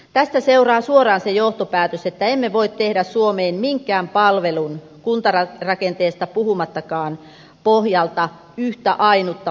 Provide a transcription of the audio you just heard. tästä seuraa suoraan se johtopäätös että emme voi tehdä suomeen minkään palvelun kuntarakenteesta puhumattakaan pohjalta yhtä ainutta mallia